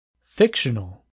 fictional